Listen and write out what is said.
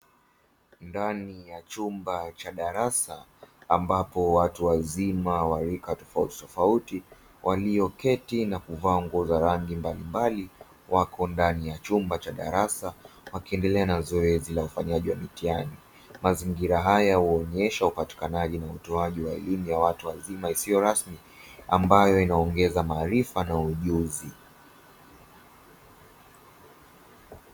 Ndani ya chumba cha darasa, ambapo watu wazima wa rika tofauti tofauti walioketi na kuvaa nguo za rangi mbalimbali, wako ndani ya chumba cha darasa wakiendelea na zoezi la ufanyaji wa mitihani. Mazingira haya huonyesha upatikanaji na utoaji wa elimu ya watu wazima isiyo rasmi ambayo inaongeza maarifa na ujuzi.